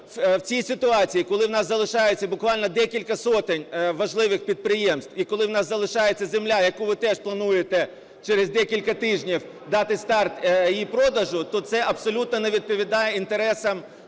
в цій ситуації, коли у нас залишається буквально декілька сотень важливих підприємств і коли у нас залишається земля, яку ви теж плануєте через декілька тижнів дати старт її продажу, то це абсолютно не відповідає інтересам